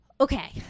okay